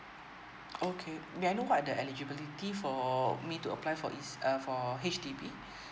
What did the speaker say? okay may I know what are the eligibility for me to apply for is uh for H_D_B